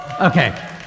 Okay